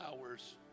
hours